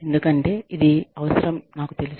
ఎందుకంటే ఇది అవసరం నాకు తెలుసు